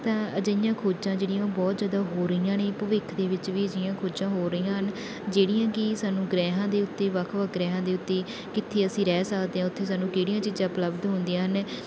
ਤਾਂ ਅਜਿਹੀਆਂ ਖੋਜਾਂ ਜਿਹੜੀਆਂ ਉਹ ਬਹੁਤ ਜ਼ਿਆਦਾ ਹੋ ਰਹੀਆਂ ਨੇ ਭਵਿੱਖ ਦੇ ਵਿੱਚ ਵੀ ਅਜਿਹੀਆਂ ਖੋਜਾਂ ਹੋ ਰਹੀਆਂ ਹਨ ਜਿਹੜੀਆਂ ਕਿ ਸਾਨੂੰ ਗ੍ਰਹਿਆਂ ਦੇ ਉੱਤੇ ਵੱਖ ਵੱਖ ਗ੍ਰਹਿਆਂ ਦੇ ਉੱਤੇ ਕਿੱਥੇ ਅਸੀਂ ਰਹਿ ਸਕਦੇ ਹਾਂ ਉੱਥੇ ਸਾਨੂੰ ਕਿਹੜੀਆਂ ਚੀਜ਼ਾਂ ਉਪਲਬਧ ਹੁੰਦੀਆਂ ਹਨ